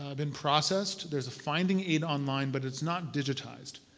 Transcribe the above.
ah been processed. there's a finding aid online but it's not digitized.